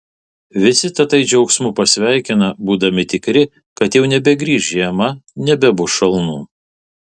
visi tatai džiaugsmu pasveikina būdami tikri kad jau nebegrįš žiema nebebus šalnų